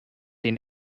den